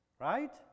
right